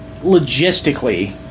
logistically